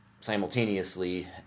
simultaneously